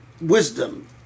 wisdom